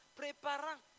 préparant